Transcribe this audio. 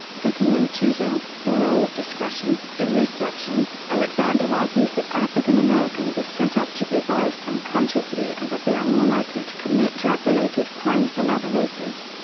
picking and choosing the role of discretion in this section, alexander argues that african americans are set up to be biased unconsciously and that they are more likely to commit drug related crimes than other races.